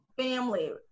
family